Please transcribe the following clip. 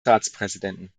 ratspräsidenten